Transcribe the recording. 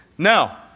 Now